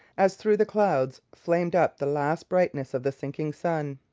as through the clouds flamed up the last brightness of the sinking sun.